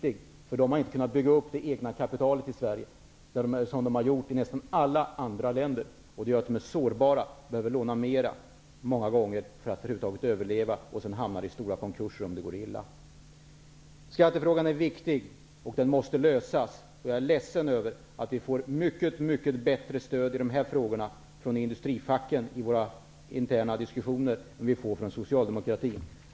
Företagen i Sverige har inte kunnat bygga upp det egna kapitalet, så som man har gjort i nästan alla andra länder, och detta gör att de är sårbara och behöver låna mer -- många gånger för att över huvud taget överleva. Sedan hamnar de, om det går illa, i stora konkurser. Skattefrågan är viktig, och den måste lösas. Jag är ledsen över att vi i de här frågorna får ett mycket mycket bättre stöd från industrifacken i våra interna diskussioner än vad vi får från socialdemokratin.